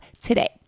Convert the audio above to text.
today